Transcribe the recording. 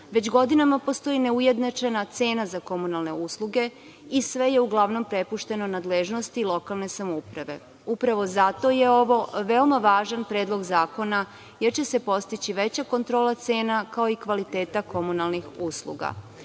godinama postoji neujednačena cena za komunalne usluge i sve je uglavnom prepušteno nadležnosti lokalne samouprave. Upravo zato je ovo veoma važan predlog zakona, jer će se postići veća kontrola cena, kao i kvaliteta komunalnih usluga. Novina